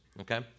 okay